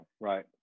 Right